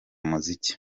muziki